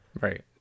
Right